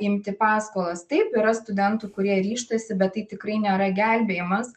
imti paskolas taip yra studentų kurie ryžtasi bet tai tikrai nėra gelbėjimas